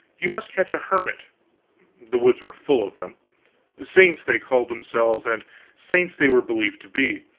he must catch a hermit the woods were full of them saints they called themselves, and saints they were believed to be.